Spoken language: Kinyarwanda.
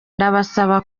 ndabasaba